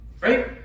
Right